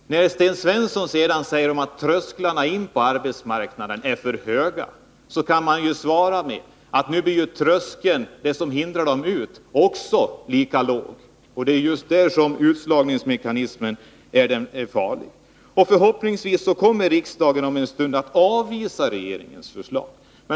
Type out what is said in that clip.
När Sten Svensson säger att tröskeln för ungdomar att komma in på arbetsmarknaden är för hög, kan man ju svara att enligt det här förslaget blir den tröskel som hindrar dem att komma ut från arbetsmarknaden för låg. Det är just där som utslagningsmekanismen är farlig. Förhoppningsvis kommer riksdagen om en stund att avvisa regeringens förslag.